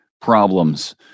problems